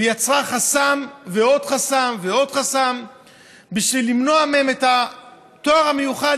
ויצרה חסם ועוד חסם ועוד חסם בשביל למנוע מהם את התואר המיוחד,